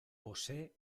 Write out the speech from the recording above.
posee